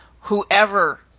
whoever